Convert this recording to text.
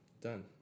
done